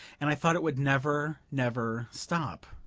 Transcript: and i thought it would never, never stop.